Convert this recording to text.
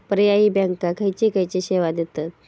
पर्यायी बँका खयचे खयचे सेवा देतत?